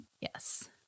Yes